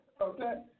Okay